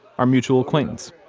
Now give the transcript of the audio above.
our mutual acquaintance,